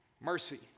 mercy